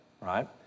right